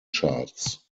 charts